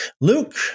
Luke